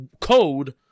code